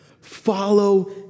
follow